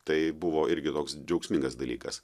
tai buvo irgi toks džiaugsmingas dalykas